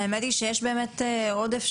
האמת היא שיש באמת עודף.